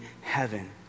heaven